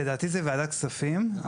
לדעתי זה ועדת כספים.